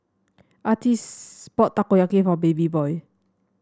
Artis bought Takoyaki for Babyboy